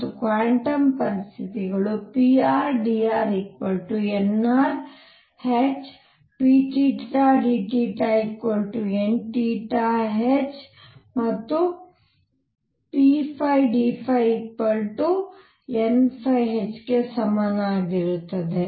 ಮತ್ತು ಕ್ವಾಂಟಮ್ ಪರಿಸ್ಥಿತಿಗಳು pr dr nr h pdθ nh ಮತ್ತು pd nhಗೆ ಸಮಾನವಾಗಿರುತ್ತದೆ